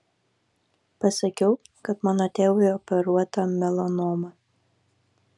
pasakiau kad mano tėvui operuota melanoma